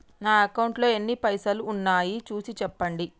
నా అకౌంట్లో ఎన్ని పైసలు ఉన్నాయి చూసి చెప్పండి?